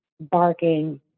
barking